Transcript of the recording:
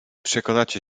przekonacie